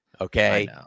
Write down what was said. Okay